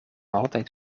altijd